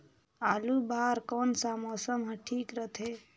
आलू बार कौन सा मौसम ह ठीक रथे?